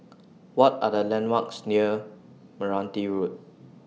What Are The landmarks near Meranti Road